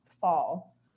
fall